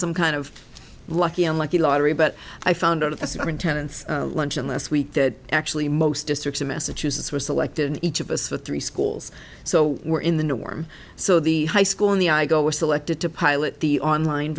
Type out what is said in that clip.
some kind of lucky lucky lottery but i found out of the superintendent's luncheon last week that actually most districts in massachusetts were selected each of us with three schools so we're in the norm so the high school and the i go were selected to pilot the online